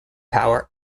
power